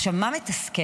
עכשיו, מה מתסכל?